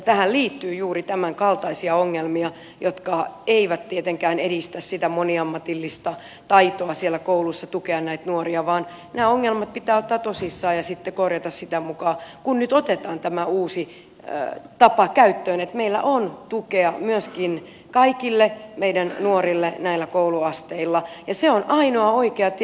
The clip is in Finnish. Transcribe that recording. tähän liittyy juuri tämänkaltaisia ongelmia jotka eivät tietenkään edistä sitä moniammatillista taitoa siellä kouluissa tukea näitä nuoria vaan nämä ongelmat pitää ottaa tosissaan ja sitten korjata sitä mukaa kun nyt otetaan tämä uusi tapa käyttöön että meillä on tukea myöskin kaikille meidän nuorille näillä kouluasteilla ja se on ainoa oikea tie